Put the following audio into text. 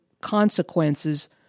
consequences